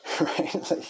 Right